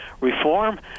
reform